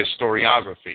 historiography